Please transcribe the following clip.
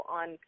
on